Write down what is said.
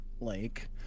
lake